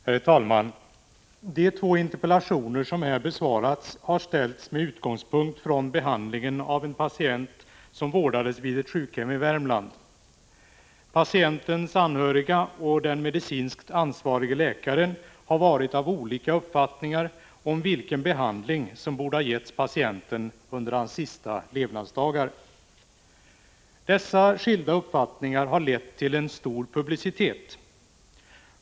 Herr talman! De två interpellationer som här besvarats har ställts med utgångspunkt i behandlingen av en patient som vårdades vid ett sjukhem i Värmland. Patientens anhöriga och den medicinskt ansvarige läkaren har varit av olika uppfattningar om vilken behandling som borde ha getts patienten under hans sista levnadsdagar. Dessa skilda uppfattningar har lett till stor publicitet.